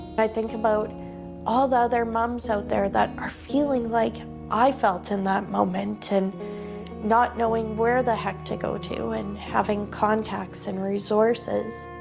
i think about all the other moms out there that are feeling like i felt in that moment, and not knowing where the heck to go to, and having contacts and resources.